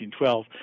1912